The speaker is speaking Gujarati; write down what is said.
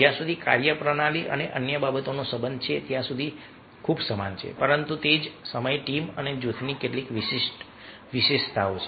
જ્યાં સુધી કાર્યપ્રણાલી અને અન્ય બાબતોનો સંબંધ છે ત્યાં સુધી ખૂબ સમાન છે પરંતુ તે જ સમયે ટીમ અને જૂથની કેટલીક વિશિષ્ટ વિશેષતાઓ છે